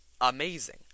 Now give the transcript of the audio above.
amazing